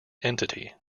entity